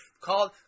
Called